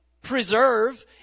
preserve